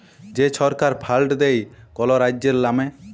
যে ছরকার ফাল্ড দেয় কল রাজ্যের লামে